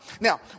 Now